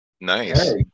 Nice